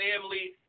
family